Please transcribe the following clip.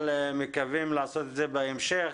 אנחנו מקווים לעשות את זה בהמשך.